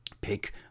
Pick